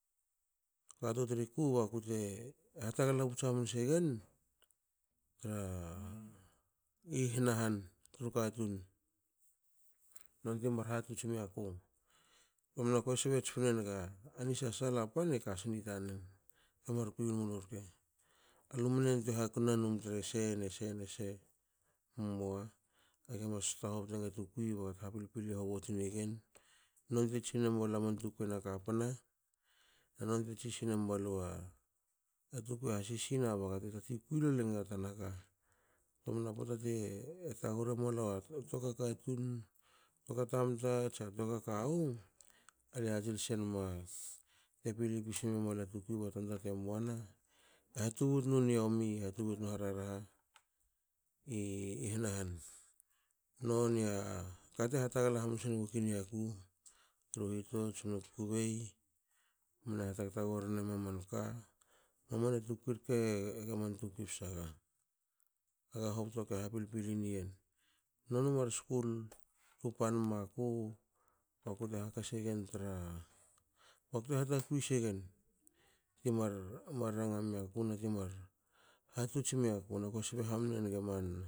katu triku bakute hatagla puts hamanse gen i hana han tru katun. nonti mar hatots miaku. Ko sbe tspne naga ani sasala pan ekasni tanen te mar kuin mulu rke. Alu mne yantue hapena num trese nese nese mua age mas kto hobte naga tukui bagate ha pilpili hobto negen nonte tsine maluaman tukui ena kapna. nonte tsis memalu tukui e hasisina bagate kui lole naga tana ka- ktomna pota te tahul emalua tuakua tama tsa tua kawu ale ha senma te pili pisi memalua tukui ba tanta te muana eha tubutnu niomi. hatubtna rarha i i hana han. Nonia kate hatagala hamnsen gukui niaku tru hitots nu kukubei. mne ha tag tagorin emua manka mamana tukui rke gaman tukui psa aga hobto keha pilpili niyen. nonu mar skul tu pan maku bakute haka segen tra bakte hatakui segen timar mar ranga miaku na ti mar hatots miaku naku sbe hamne nige manna